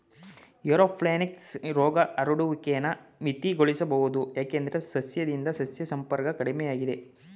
aeroponics ರೋಗ ಹರಡುವಿಕೆನ ಮಿತಿಗೊಳಿಸ್ಬೋದು ಯಾಕಂದ್ರೆ ಸಸ್ಯದಿಂದ ಸಸ್ಯ ಸಂಪರ್ಕ ಕಡಿಮೆಯಾಗ್ತದೆ